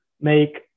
make